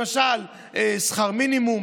למשל שכר מינימום,